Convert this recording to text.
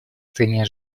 стране